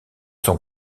son